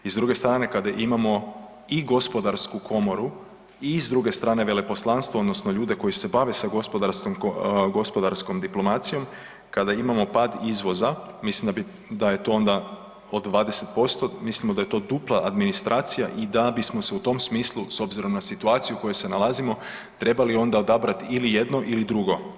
I s druge strane kada imamo i Gospodarsku komoru i s druge strane veleposlanstvo odnosno ljude koji se bave sa gospodarskom diplomacijom, kada imamo pad izvoza, mislim da je to onda od 20% mislimo da je to dupla administracija i da bismo se u tom smislu s obzirom na situaciju u kojoj se nalazimo trebali onda odabrat ili jedno ili drugo.